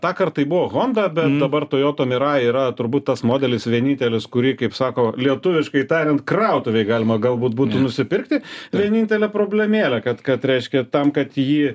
tąkart tai buvo honda bet dabar toyota mirai yra turbūt tas modelis vienintelis kurį kaip kaip sako lietuviškai tariant krautuvėj galima galbūt būtų nusipirkti vienintelė problemėlė kad kad reiškia tam kad jį